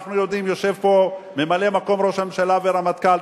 יושב פה ממלא-מקום ראש הממשלה ורמטכ"ל,